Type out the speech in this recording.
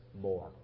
more